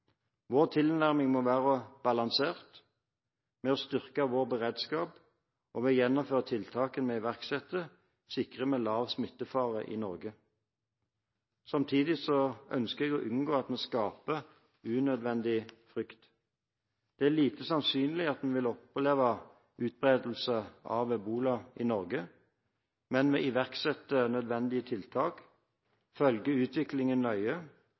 Vår tilnærming må være balansert. Ved å styrke vår beredskap og ved å gjennomføre tiltakene vi iverksetter, sikrer vi lav smittefare i Norge. Samtidig ønsker jeg å unngå at vi skaper unødvendig frykt. Det er lite sannsynlig at vi vil oppleve utbredelse av ebola i Norge, men vi iverksetter nødvendige tiltak, følger utviklingen nøye